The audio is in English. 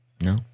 No